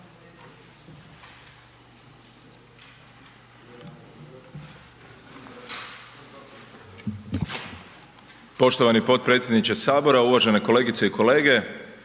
gospodine potpredsjedniče, poštovane kolegice i kolege.